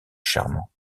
charmant